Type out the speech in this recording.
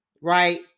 right